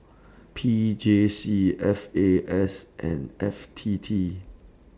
P J C F A S and F T T